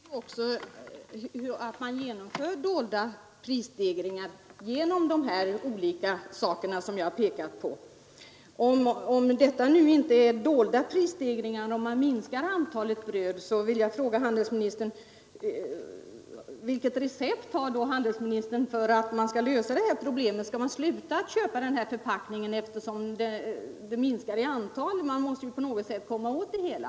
Fru talman! Min fråga gällde ju också det förhållandet att man genomför dolda prisstegringar genom de olika förfaranden som jag pekat på. Om det nu inte är fråga om dolda prisstegringar, om man minskar antalet brödbitar i en förpackning, vill jag fråga handelsministern: Vilket recept har då handelsministern för att lösa detta problem? Skall man sluta att köpa av denna förpackning, när antalet brödbitar i den minskar? Man måste ju på något sätt komma åt det hela.